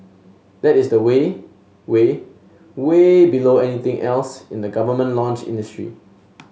that is way way way below anything else in the government launch industry